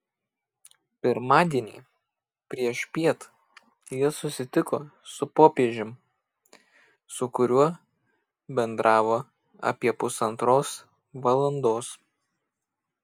pirmadienį priešpiet jie susitiko su popiežiumi su kuriuo bendravo apie pusantros valandos